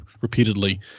repeatedly